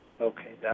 okay